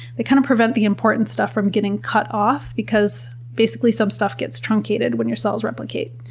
they, kind of, prevent the important stuff from getting cut off because, basically, some stuff gets truncated when your cells replicate.